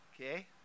Okay